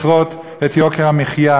שמייצרות את יוקר המחיה.